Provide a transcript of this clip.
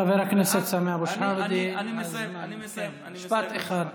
חבר הכנסת סמי אבו שחאדה, משפט אחד.